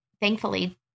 thankfully